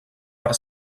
per